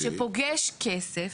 שפוגש כסף,